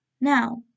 Now